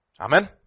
Amen